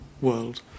world